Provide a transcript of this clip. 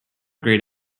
grayed